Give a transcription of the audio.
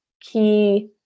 key